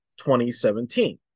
2017